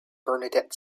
bernadette